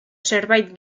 zerbait